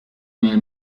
nel